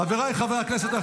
חבריי חברי הכנסת,